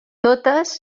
totes